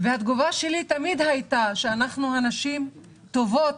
התגובה שלי הייתה שאנחנו הנשים טובות